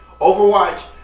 Overwatch